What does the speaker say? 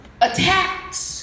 Attacks